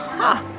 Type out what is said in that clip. huh.